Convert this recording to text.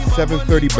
730